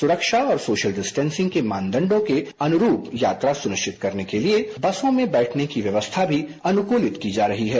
सुरक्षा और social distancing के मानदंडों के अनुरूप यात्रा सुनिश्चित करने के लिए बसों में बैठने की व्यवस्था भी अनुकूलित की जा रही है